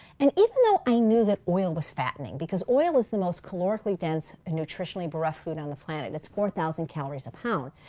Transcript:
and even though i knew that oil was fattening because oil is the most calorically dense and nutritionally bereft food on the planet that's four thousand calories a pound.